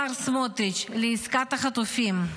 השר סמוטריץ', לעסקת החטופים.